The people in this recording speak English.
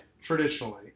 Traditionally